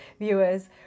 viewers